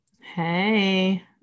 Hey